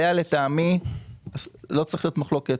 עליה לטעמי לא צריכה להיות מחלוקת,